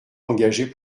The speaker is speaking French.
engagé